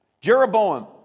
Jeroboam